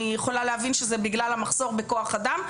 אני יכולה להבין שזה בגלל המחסור בכוח-אדם,